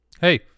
Hey